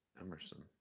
Emerson